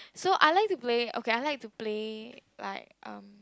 so I like to play okay I like to play like um